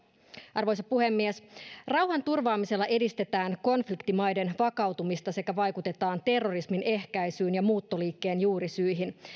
arvoisa puhemies rauhanturvaamisella edistetään konfliktimaiden vakautumista sekä vaikutetaan terrorismin ehkäisyyn ja muuttoliikkeen juurisyihin